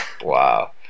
Wow